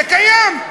זה קיים.